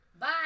Bye